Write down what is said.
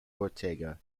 ortega